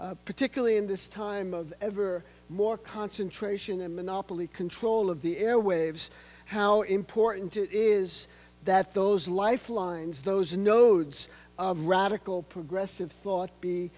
particularly in this time of ever more concentration and monopoly control of the airwaves how important it is that those lifelines those nodes radical progressive thought be